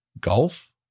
golf